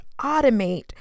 automate